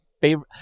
favorite